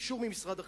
אישור ממשרד החינוך,